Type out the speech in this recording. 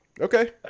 Okay